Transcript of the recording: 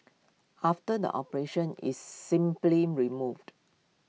after the operation it's simply removed